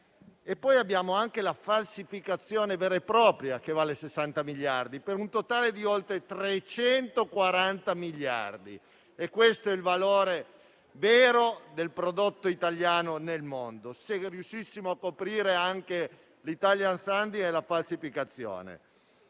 Abbiamo anche la falsificazione vera e propria, che vale 60 miliardi per un totale di oltre 340 miliardi. È questo il valore vero del prodotto italiano nel mondo, se riuscissimo a coprire anche l'*italian sounding* e la falsificazione.